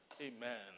amen